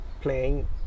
playing